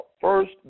first